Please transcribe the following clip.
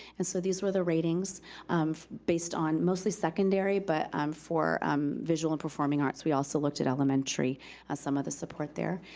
and so these were the ratings based on mostly secondary, but um for visual and performing arts, we also looked at elementary as some of the supports there.